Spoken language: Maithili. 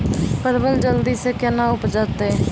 परवल जल्दी से के ना उपजाते?